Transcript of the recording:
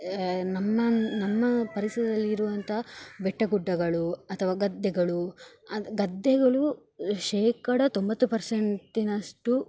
ನಮ್ಮ ನಮ್ಮ ಪರಿಸರದಲ್ಲಿರುವಂಥ ಬೆಟ್ಟ ಗುಡ್ಡಗಳು ಅಥವಾ ಗದ್ದೆಗಳು ಅದು ಗದ್ದೆಗಳು ಶೇಕಡಾ ತೊಂಬತ್ತು ಪರ್ಸೆಂಟಿನಷ್ಟು